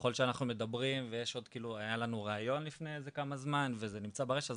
וככל שאנחנו מדברים והיה לנו ראיון לפני כמה זמן וזה נמצא ברשת,